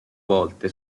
volte